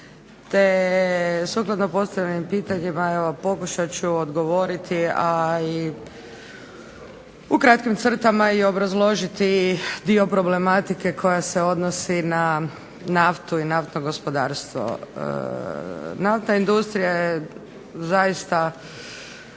te sukladno postavljenim pitanjima evo pokušat ću odgovoriti, a i u kratkim crtama i obrazložiti dio problematike koja se odnosi na naftu i naftno gospodarstvo. Naftna industrija je zaista